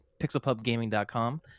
PixelPubGaming.com